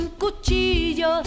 Cuchillos